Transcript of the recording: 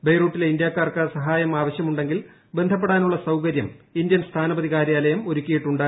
ബയ്റൂട്ടിലെ ഇന്ത്യക്കാർക്ക് സഹായം ആവശ്യമുണ്ടെങ്കിൽ ബന്ധപ്പെടാനുള്ള സൌകര്യം ഇന്ത്യൻ സ്ഥാനപതി കാര്യാലയം ഒരുക്കിയിട്ടുണ്ട്